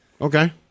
Okay